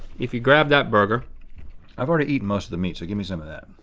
if you grab that burger i've already eaten most of the meat so give me some of that.